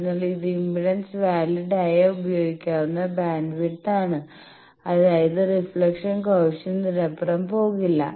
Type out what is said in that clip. അതിനാൽ ഇത് impedance valid ആയ ഉപയോഗിക്കാവുന്ന ബാൻഡ്വിഡ്ത്ത് ആണ് അതായത് റിഫ്ലക്ഷൻ കോയെഫിഷ്യന്റ് ഇതിനപ്പുറം പോകുന്നില്ല